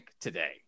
today